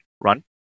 run